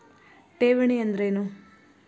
ಠೇವಣಿ ಅಂದ್ರೇನು?